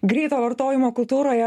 greito vartojimo kultūroje